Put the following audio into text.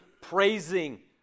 praising